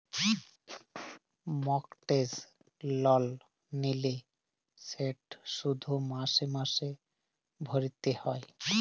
mortgage লল লিলে সেট শধ মাসে মাসে ভ্যইরতে হ্যয়